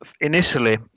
initially